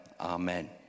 Amen